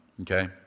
okay